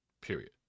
Period